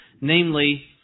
namely